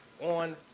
on